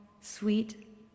sweet